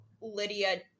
Lydia